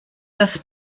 das